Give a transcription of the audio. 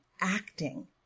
acting